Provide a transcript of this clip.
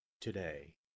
today